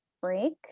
break